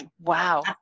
wow